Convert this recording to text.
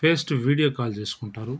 face to video call చేసుకుంటారు